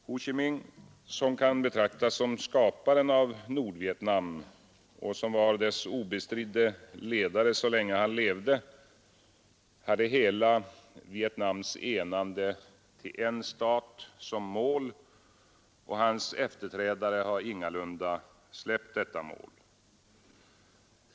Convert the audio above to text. Ho Chi-minh, som kan betraktas som skaparen av Nordvietnam och var dess obestridde ledare så länge han levde, hade hela Vietnams enande i en stat som mål, och hans efterträdare har ingalunda släppt detta mål.